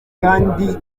kandi